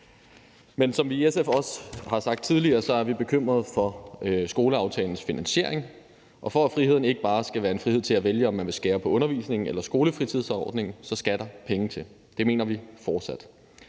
Men som vi i SF også har sagt tidligere, er vi bekymrede for skoleaftalens finansiering, og for at friheden ikke bare skal være en frihed til at vælge, om man vil skære på undervisningen eller skolefritidsordningen, skal der penge til. Det mener vi fortsat.